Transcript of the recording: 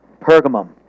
Pergamum